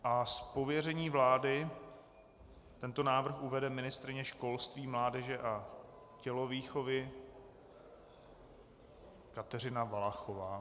Z pověření vlády tento návrh uvede ministryně školství, mládeže a tělovýchovy Kateřina Valachová.